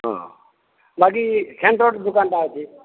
ହଁ ବାକି ସେଣ୍ଟର୍ରେ ଦୋକାନଟା ଅଛି